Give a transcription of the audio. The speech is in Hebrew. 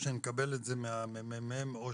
או שנקבל מהממ"מ או